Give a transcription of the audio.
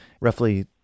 roughly